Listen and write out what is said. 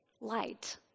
light